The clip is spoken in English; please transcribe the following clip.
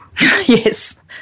Yes